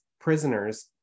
prisoners